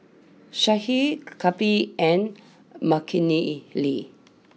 Sudhir Kapil and Makineni